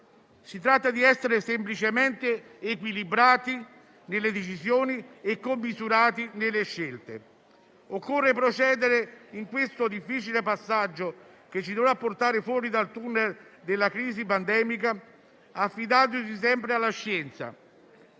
Si tratta di essere semplicemente equilibrati nelle decisioni e commisurati nelle scelte. Occorre procedere in questo difficile passaggio che ci dovrà portare fuori dal tunnel della crisi pandemica, affidandosi sempre alla scienza,